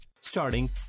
Starting